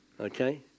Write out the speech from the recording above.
Okay